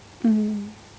mm